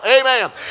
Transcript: Amen